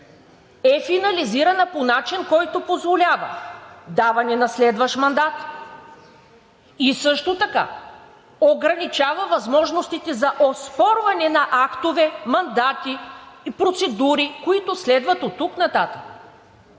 е финализирана по начин, който позволява даване на следващ мандат, и също така ограничава възможностите за оспорване на актове, мандати и процедури, които следват оттук нататък.